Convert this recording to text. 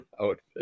outfit